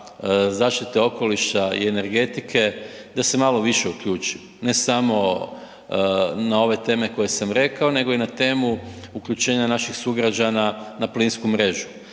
zaštite okoliša i energetike da se malo više uključi, ne samo na ove teme koje sam rekao nego i na temu uključenja naših sugrađana na plinsku mrežu.